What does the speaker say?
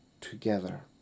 together